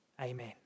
Amen